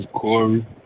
Corey